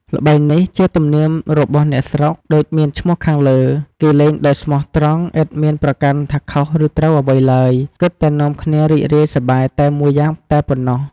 ល្បែងនេះ ជាទំនៀមរបស់អ្នកស្រុក ដូចមានឈ្មាះខាងលើ គេលេងដោយស្មោះត្រង់ ឥតមានប្រកាន់ថាខុសឬត្រូវអ្វីឡើយ គិតតែនាំគ្នារីករាយសប្បាយតែមួយយ៉ាងតែប៉ុណ្ណោះ។